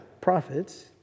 prophets